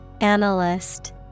Analyst